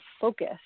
focus